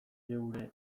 gure